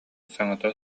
саҥата